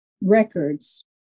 records